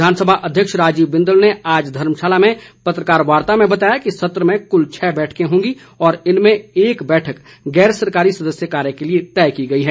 विधानसभा अध्यक्ष राजीव बिंदल ने आज धर्मशाला में पत्रकार वार्ता में बताया कि सत्र में कुल छः बैंठकें होंगी और इनमें एक बैठक गैर सरकारी सदस्य कार्य के लिए तय की गई है